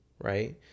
right